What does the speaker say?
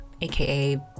AKA